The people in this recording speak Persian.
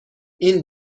این